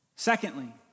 Secondly